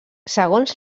segons